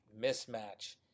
mismatch